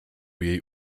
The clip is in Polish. jej